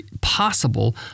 possible